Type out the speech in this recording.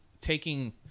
taking